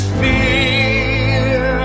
fear